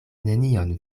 nenion